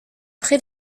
près